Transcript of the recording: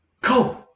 Go